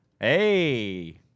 Hey